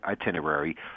itinerary